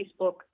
Facebook